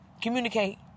Communicate